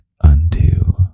unto